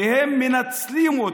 כי הם מנצלים אותו.